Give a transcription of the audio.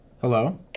Hello